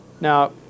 Now